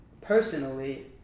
personally